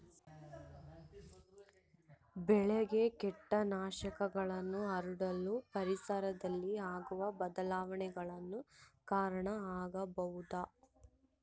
ಬೆಳೆಗೆ ಕೇಟನಾಶಕಗಳು ಹರಡಲು ಪರಿಸರದಲ್ಲಿ ಆಗುವ ಬದಲಾವಣೆಗಳು ಕಾರಣ ಆಗಬಹುದೇ?